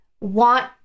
want